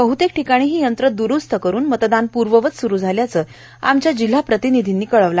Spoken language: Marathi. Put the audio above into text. बहृतेक ठिकाणी ही यंत्रे दुरुस्त करुनए मतदान पूर्ववत सुरु झाल्याचे आमच्या जिल्हाप्रतिनीधींनी कळवलं